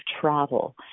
travel